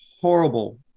horrible